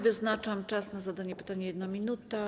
Wyznaczam czas na zadanie pytania - 1 minuta.